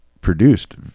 produced